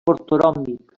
ortoròmbic